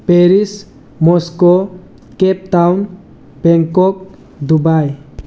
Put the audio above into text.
Paris Moscow cap town Bangkok Dubai